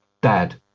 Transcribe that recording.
dad